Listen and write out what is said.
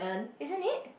isn't it